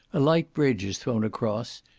a light bridge is thrown across,